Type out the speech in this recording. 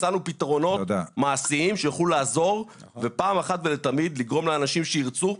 הצענו פתרונות מעשיים שיוכלו לעזור ופעם אחת ולתמיד לגרום לאנשים שירצו,